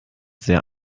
sehr